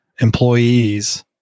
employees